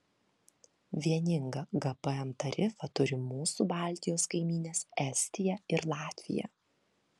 vieningą gpm tarifą turi mūsų baltijos kaimynės estija ir latvija